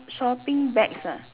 shopping bags ah